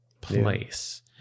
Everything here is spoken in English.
place